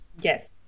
Yes